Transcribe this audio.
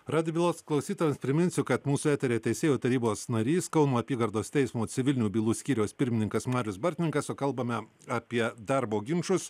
radijo bylos klausytojams priminsiu kad mūsų eteryje teisėjų tarybos narys kauno apygardos teismo civilinių bylų skyriaus pirmininkas marius bartninkas o kalbame apie darbo ginčus